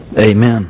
Amen